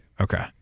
okay